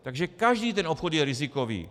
Takže každý ten obchod je rizikový.